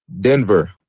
Denver